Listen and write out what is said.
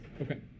Okay